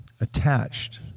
attached